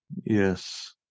Yes